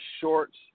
shorts